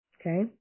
okay